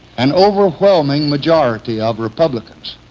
an overwhelming majority of republicans